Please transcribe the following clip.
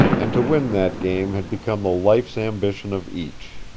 and to win that game had become the life's ambition of each.